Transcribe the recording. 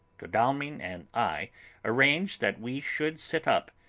godalming, and i arranged that we should sit up,